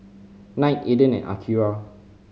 Knight Aden and Akira